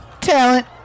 Talent